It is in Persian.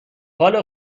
حال